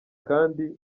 kandi